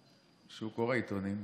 שהוא קורא עיתונים,